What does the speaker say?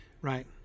Right